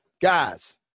guys